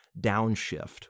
downshift